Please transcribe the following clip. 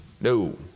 No